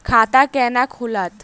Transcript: खाता केना खुलत?